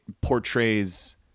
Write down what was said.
portrays